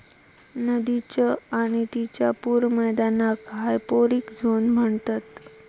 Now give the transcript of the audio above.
नदीच्य आणि तिच्या पूर मैदानाक हायपोरिक झोन म्हणतत